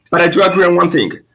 but i do agree on one thing.